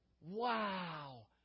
wow